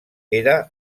era